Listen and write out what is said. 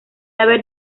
haber